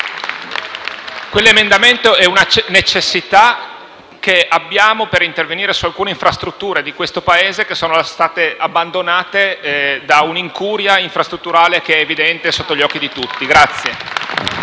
emendativa è una necessità che abbiamo per intervenire su alcune infrastrutture di questo Paese che sono state abbandonate da un'incuria infrastrutturale che è sotto gli occhi di tutti. *(Applausi